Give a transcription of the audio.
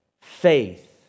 Faith